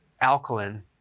alkaline